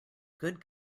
good